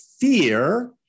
fear